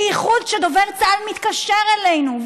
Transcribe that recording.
בייחוד כשדובר צה"ל מתקשר אלינו,